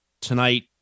tonight